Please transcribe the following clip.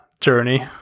journey